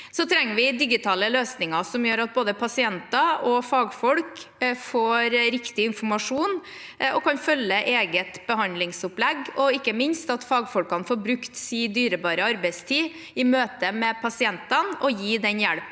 Så trenger vi digitale løsninger som gjør at både pasienter og fagfolk får riktig informasjon og kan følge eget behandlingsopplegg, og ikke minst at fagfolkene får brukt sin dyrebare arbeidstid i møte med pasientene og kan gi den hjelpen